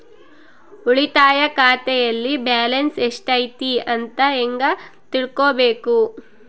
ಉಳಿತಾಯ ಖಾತೆಯಲ್ಲಿ ಬ್ಯಾಲೆನ್ಸ್ ಎಷ್ಟೈತಿ ಅಂತ ಹೆಂಗ ತಿಳ್ಕೊಬೇಕು?